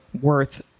worth